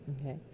Okay